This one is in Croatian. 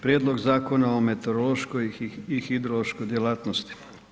Prijedlog Zakona o meteorološkoj i hidrološkoj djelatnosti.